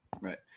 Right